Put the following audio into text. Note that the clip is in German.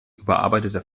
überarbeitete